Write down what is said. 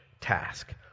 task